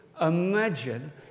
Imagine